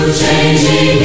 changing